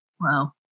Wow